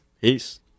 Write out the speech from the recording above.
Peace